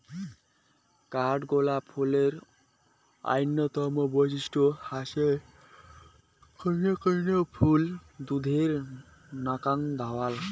কাঠগোলাপ ফুলের অইন্যতম বৈশিষ্ট্য হসে কুনো কুনো ফুল দুধের নাকান ধওলা